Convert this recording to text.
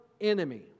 enemy